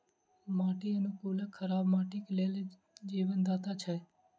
माटि अनुकूलक खराब माटिक लेल जीवनदाता छै